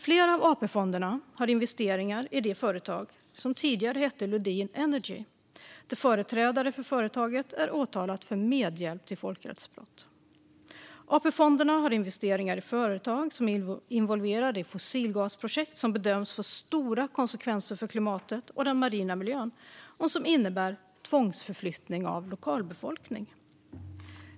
Flera av AP-fonderna har investerat i det företag som tidigare hette Lundin Energy, där företrädare för företaget är åtalade för medhjälp till folkrättsbrott. AP-fonderna har investerat i företag som är involverade i fossilgasprojekt som bedöms få stora konsekvenser för klimatet och den marina miljön och som innebär tvångsförflyttning av lokalbefolkning.